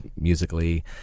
musically